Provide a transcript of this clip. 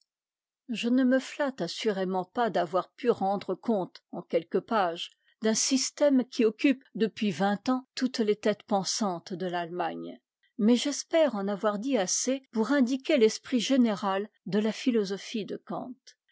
je ne me flatte assurément pas d'avoir pu rendre compte en quelques pages d'un système qui occupe depuis vingt ans toutes les têtes pensantes de t'attemagne mais j'espère en avoir dit assez pour indiquer l'esprit général de la philosophie de kant